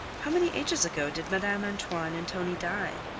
how many ages ago did madame antoine and tonie die?